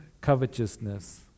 covetousness